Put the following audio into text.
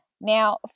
now